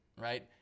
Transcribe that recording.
right